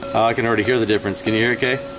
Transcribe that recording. i can already hear the difference. can you hear okay